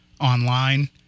online